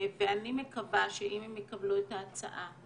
ואני מקווה שאם הם יקבלו את ההצעה,